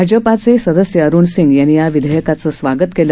भाजपाचे सदस्य अरुण सिंग यांनी या विधेयकाचं स्वागत केलं